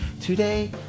today